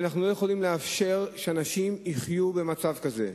כי אנחנו לא יכולים לאפשר שאנשים יחיו במצב כזה.